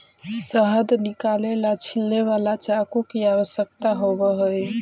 शहद निकाले ला छिलने वाला चाकू की आवश्यकता होवअ हई